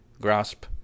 grasp